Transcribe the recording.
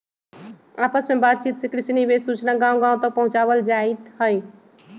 आपस में बात चित से कृषि विशेष सूचना गांव गांव तक पहुंचावल जाईथ हई